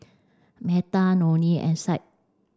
Metha Nonie and